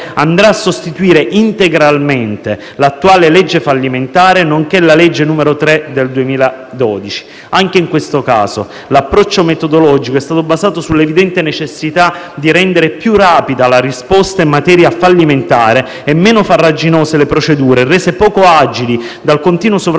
andrà a sostituire integralmente l'attuale legge fallimentare nonché la legge n. 3 del 2012. Anche in questo caso, l'approccio metodologico è stato basato sull'evidente necessità di rendere più rapida la risposta in materia fallimentare e meno farraginose le procedure, rese poco agili dal continuo sovrapporsi